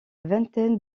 vingtaine